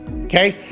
okay